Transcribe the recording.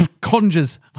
conjures